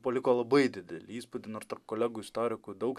paliko labai didelį įspūdį nors tarp kolegų istorikų daug